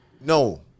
No